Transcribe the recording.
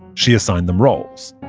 she assigned them roles.